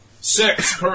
six